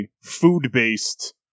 food-based